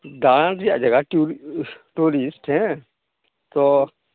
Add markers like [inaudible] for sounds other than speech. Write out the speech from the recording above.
ᱫᱟᱬᱟᱱ ᱨᱮᱭᱟᱜ ᱡᱟᱭᱜᱟ [unintelligible] ᱴᱩᱨᱤᱥᱴ ᱦᱮᱸ ᱛᱚ